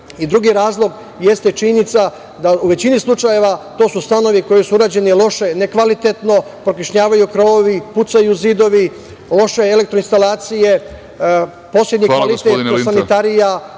drugi razlog jeste činjenica da su u većini slučajeva to stanovi koji su urađeni loše, nekvalitetno, prokišnjavaju krovovi, pucaju zidovi, loše elektroinstalacije, poslednji kvalitet sanitarija,